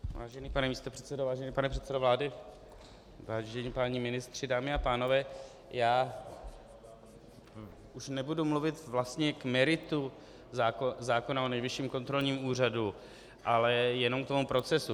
Vážený pane místopředsedo, vážený pane předsedo vlády, vážení páni ministři, dámy a pánové, já už nebudu mluvit vlastně k meritu zákona o Nejvyšším kontrolním úřadu, ale jenom k tomu procesu.